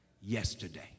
yesterday